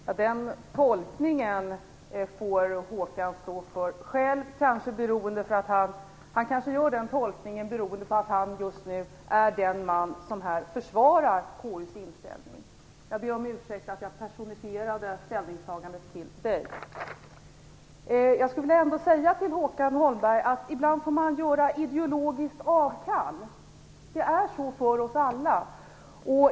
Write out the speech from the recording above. Herr talman! Den tolkningen får Håkan Holmberg själv stå för. Han kanske gör tolkningen beroende på att han just nu är den man som här försvarar KU:s inställning. Jag ber om ursäkt för att jag personifierade ställningstagandet genom Håkan Jag vill ändå säga till Håkan Holmberg att man ibland får göra ideologiskt avkall. Så är det för oss alla.